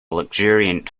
luxuriant